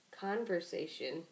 conversation